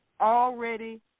already